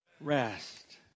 rest